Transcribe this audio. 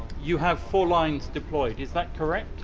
you have four lines deployed. is that correct?